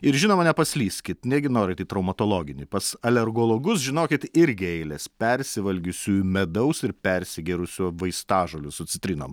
ir žinoma nepaslyskit negi norit į traumatologinį pas alergologus žinokit irgi eilės persivalgiusiųjų medaus ir persigėrusių vaistažolių su citrinom